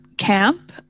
camp